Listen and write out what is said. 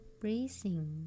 breathing